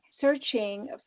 searching